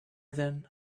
then